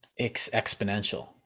exponential